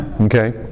Okay